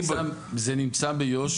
זה נמצא ביו"ש.